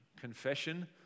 Confession